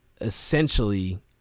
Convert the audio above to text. essentially